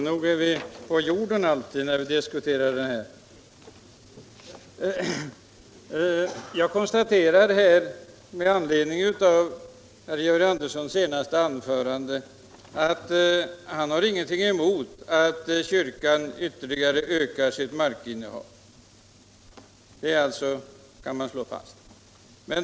Herr talman! Nog befinner vi oss på jorden, när vi diskuterar denna fråga. Med anledning av herr Anderssons i Lycksele senaste anförande konstaterar jag att han inte har någonting emot att kyrkan ytterligare ökar sitt markinnehav.